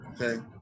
Okay